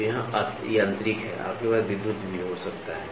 तो यहाँ यांत्रिक है आपके पास विद्युत भी हो सकता है